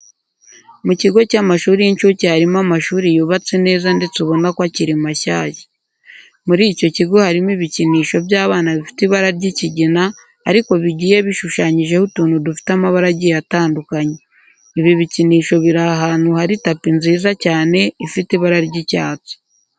Mu kigo cy'amashuri y'inshuke harimo amashuri yubatse neza ndetse ubona ko akiri mashyashya. Muri icyo kigo harimo ibikinisho by'abana bifite ibara ry'ikigina ariko bigiye bishushanyijeho utuntu dufite amabara agiye atandukanye. Ibi bikinisho biri ahantu hari tapi nziza cyane ifite ibara ry'icyatsi.